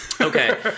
Okay